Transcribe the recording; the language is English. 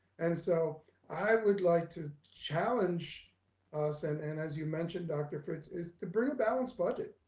and so i would like to challenge us. and and as you mentioned, dr. fritz is to bring a balanced budget.